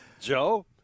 Joe